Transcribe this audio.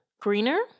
Greener